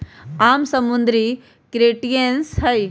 आम समुद्री क्रस्टेशियंस हई